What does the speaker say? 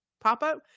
pop-up